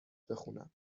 بخونم